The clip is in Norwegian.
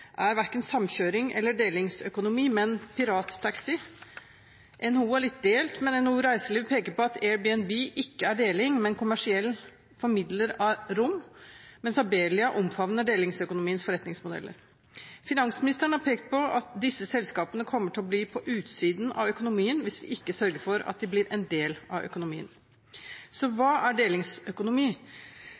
er verken samkjøring eller delingsøkonomi, men pirattaxi. NHO er litt delt, men NHO Reiseliv peker på at Airbnb ikke er deling, men kommersiell formidler av rom, mens Abelia omfavner delingsøkonomiens forretningsmodeller. Finansministeren har pekt på at disse selskapene kommer til å bli på utsiden av økonomien hvis vi ikke sørger for at de blir en del av økonomien. Så hva er delingsøkonomi?